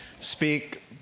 Speak